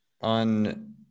on